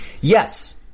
Yes